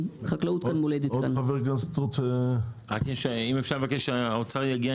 החקלאות --- אם אפשר לבקש שהאוצר יגיע